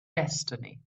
destiny